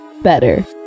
better